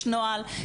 יש נוהל,